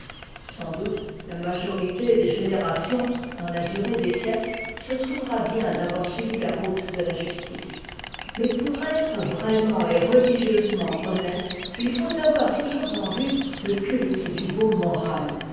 sans doute la majorité des générations dans la durée des siècles se trouvera bien d'avoir suivi la route de la justice mais pour être vraiment et religieusement honnête il faut avoir toujours en vue le culte du beau moral